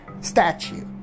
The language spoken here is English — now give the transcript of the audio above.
statue